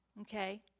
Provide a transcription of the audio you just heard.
Okay